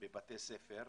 בבתי ספר: